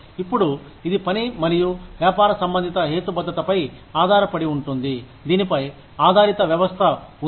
ఇప్పుడు ఇది పని మరియు వ్యాపార సంబంధిత హేతుబద్ధతపై ఆధారపడి ఉంటుంది దీనిపై ఆధారిత వ్యవస్థ ఉంది